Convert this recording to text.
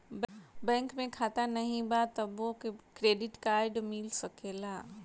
Bank में खाता नाही बा तबो क्रेडिट कार्ड मिल सकेला?